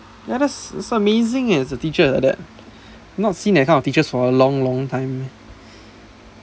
let us it's amazing leh the teacher like that not seen that kind of teachers for a long long time man